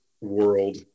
world